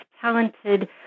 talented